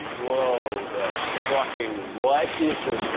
whoa, the fucking, what is the?